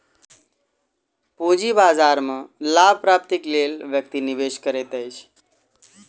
पूंजी बाजार में लाभ प्राप्तिक लेल व्यक्ति निवेश करैत अछि